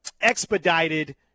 expedited